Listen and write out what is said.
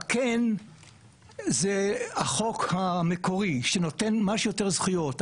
בכן זה החוק המקורי שנותן מה שיותר זכויות,